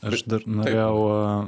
aš dar norėjau